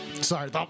Sorry